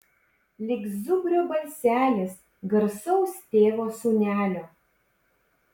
lyg zubrio balselis garsaus tėvo sūnelio